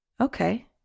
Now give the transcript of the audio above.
Okay